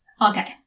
Okay